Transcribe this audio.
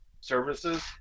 services